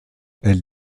elle